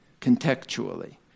contextually